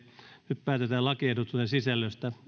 nyt päätetään lakiehdotusten sisällöstä